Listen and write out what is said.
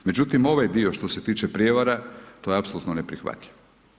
Međutim ovaj dio što se tiče prijevara, to je apsolutno neprihvatljivo.